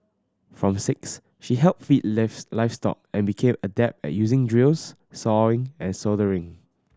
from six she helped feed livestock and became adept at using drills sawing and soldering